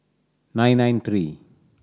nine nine three